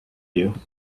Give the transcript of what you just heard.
you